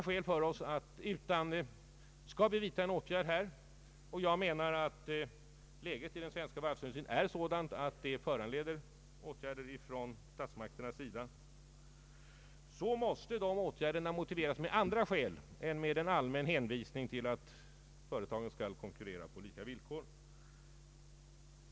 Skall vi vidtaga åtgärder här — och jag menar att läget i den svenska varvsindustrin är sådant att det föranleder åtgärder från statsmakternas sida — måste dessa åtgärder motiveras med andra skäl än med en allmän hänvisning till att företagen skall konkurrera på lika villkor.